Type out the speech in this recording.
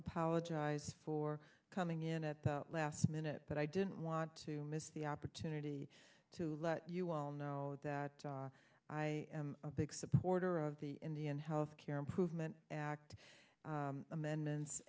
apologize for coming in at the last minute but i don't want to miss the opportunity to let you all know that i am a big supporter of the indian health care improvement act amendments